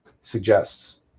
suggests